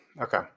Okay